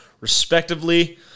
respectively